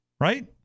right